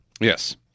Yes